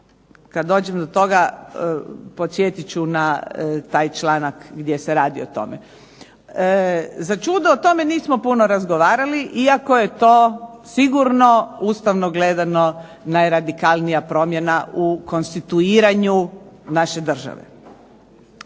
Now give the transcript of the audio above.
Kada dođem do toga podsjetit ću na taj članak gdje se radi o tome. Začudo o tome nismo puno razgovarali iako je to sigurno Ustavno gledano najradikalnija promjena u konstituiranju naše države.